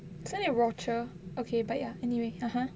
isn't is rocher okay but ya anyway (uh huh)